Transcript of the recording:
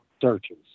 searches